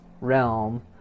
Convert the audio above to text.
realm